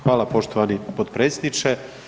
Hvala poštovani potpredsjedniče.